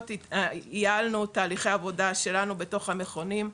ייעלנו תהליכי עבודה שלנו בתוך המכונים.